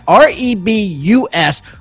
REBUS